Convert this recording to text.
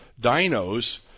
dinos